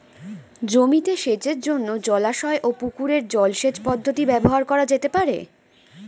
জমিতে সেচের জন্য জলাশয় ও পুকুরের জল সেচ পদ্ধতি ব্যবহার করা যেতে পারে?